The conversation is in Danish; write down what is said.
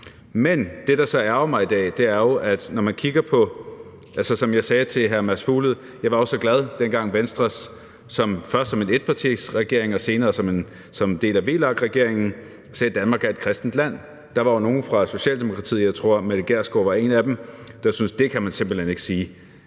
den dag, hvor regeringen får styr på den spontane asyltilstrømning. Som jeg sagde til hr. Mads Fuglede: Jeg var jo så glad, dengang Venstre først som en etpartiregering og senere som en del af VLAK-regeringen sagde, at Danmark er et kristent land. Der var jo nogle fra Socialdemokratiet – jeg tror, fru Mette Gjerskov var en af dem – der syntes, at det kunne man simpelt hen ikke sige.